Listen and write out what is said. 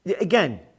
again